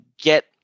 get